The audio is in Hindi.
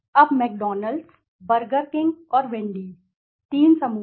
अब मैकडॉनल्ड्सMcDonald's बर्गर किंग और वेंडीWendy's तीन समूह हैं